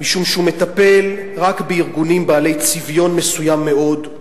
משום שהוא מטפל רק בארגונים בעלי צביון מסוים מאוד.